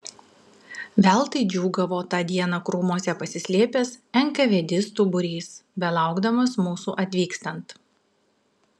veltui džiūgavo tą dieną krūmuose pasislėpęs enkavėdistų būrys belaukdamas mūsų atvykstant